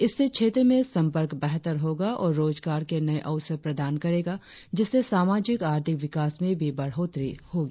इससे क्षेत्र में संपर्क बेहतर होगा और रोजगार के नये अवसर भी प्रदान करेगा जिससे सामाजिक आर्थिक विकास में भी बढोत्तरी होगी